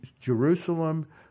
Jerusalem